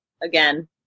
Again